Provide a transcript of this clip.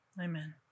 amen